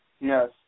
Yes